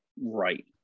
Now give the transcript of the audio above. Right